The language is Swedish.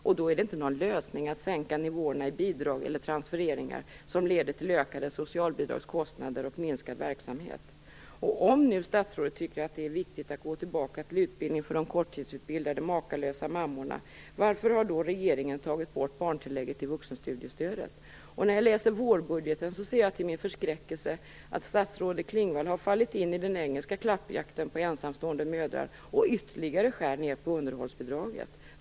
Och då är det inte någon lösning att sänka nivåerna i bidrag eller transfereringar som leder till ökade socialbidragskostnader och minskad verksamhet. Och om nu statsrådet tycker att det är viktigt att gå tillbaka till utbildning för de korttidsutbildade makalösa mammorna, varför har då regeringen tagit bort barntillägget i vuxenstudiestödet? När jag läser vårbudgeten ser jag till min förskräckelse att statsrådet Klingvall har fallit in i den engelska klappjakten på ensamstående mödrar och ytterligare vill skära ner på underhållsbidraget.